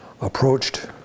approached